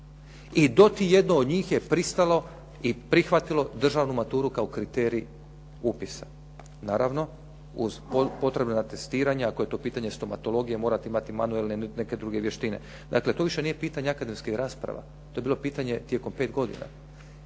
I doti jedno od njih je pristalo i prihvatilo državnu maturu kao kriterij upisa, naravno uz potrebna testiranja ako je to pitanje stomatologije, morate imati neke manualne ili neke druge vještine. Dakle to više nije pitanje akademskih rasprava, to je bilo pitanje tijekom 5 godina.